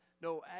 no